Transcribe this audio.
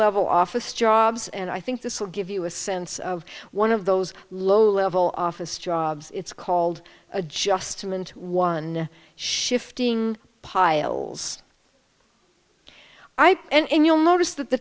level office jobs and i think this will give you a sense of one of those low level office jobs it's called adjustment one shifting piles i and you'll notice that the